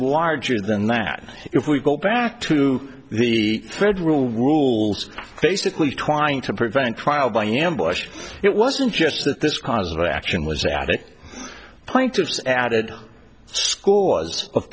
larger than that if we go back to the federal rules basically trying to prevent trial by ambush it wasn't just that this cause of action was at that point it's added scores of